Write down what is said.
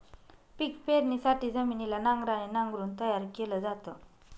पिक पेरणीसाठी जमिनीला नांगराने नांगरून तयार केल जात